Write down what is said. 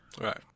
Right